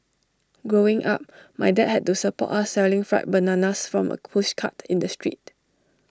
growing up my dad had to support us selling fried bananas from A pushcart in the street